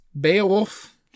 Beowulf